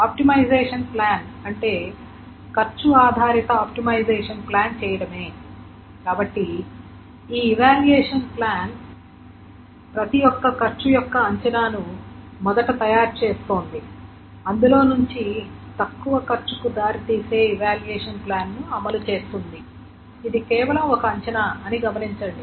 optimisation plan అంటే ఖర్చు ఆధారిత ఆప్టిమైజేషన్ ప్లాన్ చేయడమే కాబట్టి ఈ ఇవాల్యూయేషన్ ప్రతి ఒక్క ఖర్చు యొక్క అంచనాను మొదట తయారు చేస్తోంది అందులో నుండి తక్కువ ఖర్చుకు దారితీసే ఇవాల్యూయేషన్ ప్లాన్ ను అమలు చేస్తుంది ఇది కేవలం ఒక అంచనా అని గమనించండి